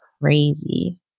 crazy